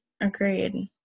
Agreed